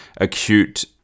acute